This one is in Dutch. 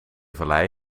vallei